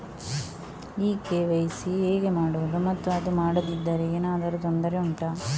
ಈ ಕೆ.ವೈ.ಸಿ ಹೇಗೆ ಮಾಡುವುದು ಮತ್ತು ಅದು ಮಾಡದಿದ್ದರೆ ಏನಾದರೂ ತೊಂದರೆ ಉಂಟಾ